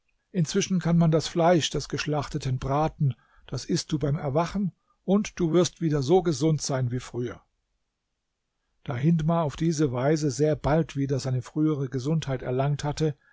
inzwischen kann man das fleisch des geschlachteten braten das ißt du beim erwachen und du wirst wieder so gesund sein wie früher da hindmar auf diese weise sehr bald wieder seine frühere gesundheit erlangt hatte